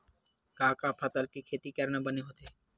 का का फसल के खेती करना बने होथे?